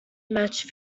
match